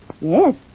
Yes